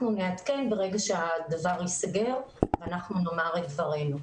אנחנו נעדכן רגע שהדבר ייסגר ואנחנו נאמר את דברנו.